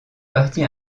partie